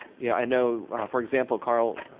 you know, i know for example carl,